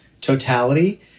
totality